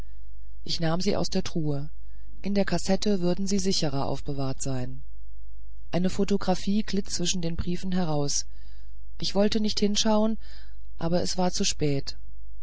ich nahm sie aus der truhe in der kassette würden sie sicherer aufbewahrt sein eine photographie glitt zwischen den briefen heraus ich wollte nicht hinschauen aber es war zu spät